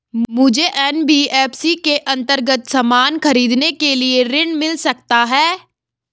मुझे एन.बी.एफ.सी के अन्तर्गत सामान खरीदने के लिए ऋण मिल सकता है?